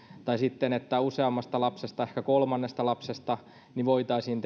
tai että useammasta lapsesta ehkä kolmannesta lapsesta voitaisiin